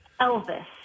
Elvis